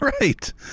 right